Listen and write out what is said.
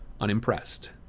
unimpressed